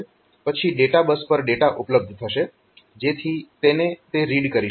પછી ડેટાબસ પર ડેટા ઉપલબ્ધ થશે જેથી તેને તે રીડ કરી શકે